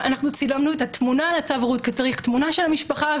אנחנו צילמנו את התמונה לצו הורות כי צריך תמונה של המשפחה,